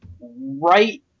right